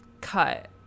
cut